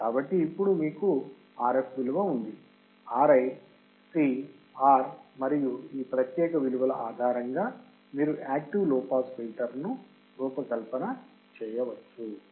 కాబట్టి ఇప్పుడు మీకు Rf విలువ ఉంది Ri C R మరియు ఈ ప్రత్యేక విలువల ఆధారంగా మీరు యాక్టివ్ లో పాస్ ఫిల్టర్ ను రూపకల్పన చేయవచ్చు